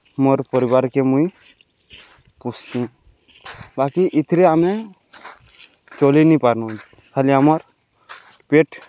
ମୋର୍ ପରିବାର୍କେ ମୁଇଁ ପୁଷ୍ସିଁ ବାକି ଇଥିରେ ଆମେ ଚଲିନିପାରୁନୁ ଖାଲି ଆମର୍ ପେଟ୍